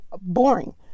boring